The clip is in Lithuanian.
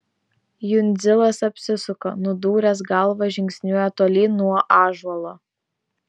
jundzilas apsisuka nudūręs galvą žingsniuoja tolyn nuo ąžuolo